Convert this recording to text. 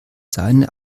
seine